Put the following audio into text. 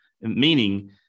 meaning